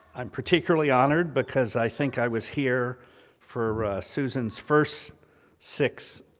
i'm particularly honored because i think i was here for susan's first six